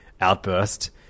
outburst